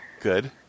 Good